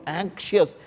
anxious